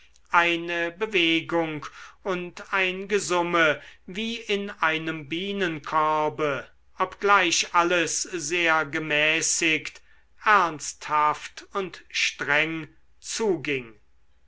eine bewegung und ein gesumme wie in einem bienenkorbe obgleich alles sehr gemäßigt ernsthaft und streng zuging